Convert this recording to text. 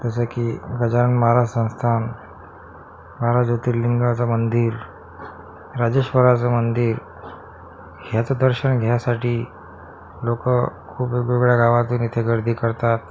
जसं की गजानन महाराज संस्थान बारा ज्योतिर्लिंगाचं मंदिर राजेश्वराचं मंदिर ह्याचं दर्शन घ्यायसाठी लोक खूप वेगवेगळ्या गावातून इथे गर्दी करतात